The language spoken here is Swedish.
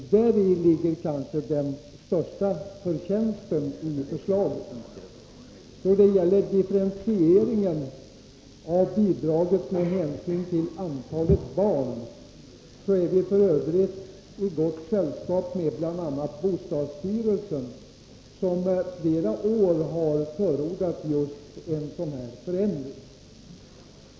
Däri ligger kanske den största förtjänsten i förslaget. När det gäller differentieringen av bidraget med hänsyn till antalet barn är vi i gott sällskap med bl.a. bostadsstyrelsen, som i flera år har förordat just en sådan förändring.